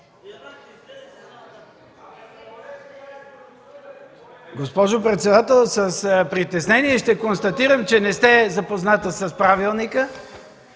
Госпожо председател, с притеснение ще констатирам, че не сте запозната с правилника,